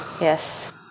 Yes